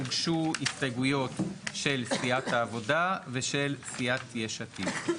הוגשו הסתייגויות של סיעת העבודה ושל סיעת יש עתיד.